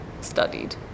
studied